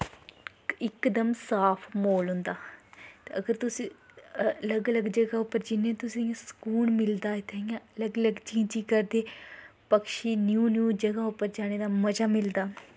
इकदम साफ म्हौल होंदा ते अगर तुस अलग अलग जगह् उप्पर जन्ने तुसें गी सूकून मिलदा इत्थें इ'यां अलग अलग चीं चीं करदे पक्षी न्यू न्यू जगह् उप्पर जाने दा मज़ा मिलदा